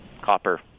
copper